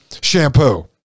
shampoo